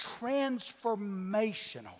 transformational